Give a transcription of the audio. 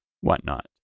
whatnot